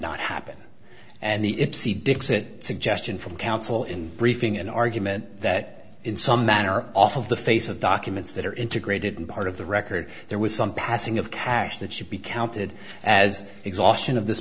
not happen and the dixit suggestion from counsel in briefing an argument that in some manner off of the face of documents that are integrated and part of the record there was some passing of cash that should be counted as exhaustion of this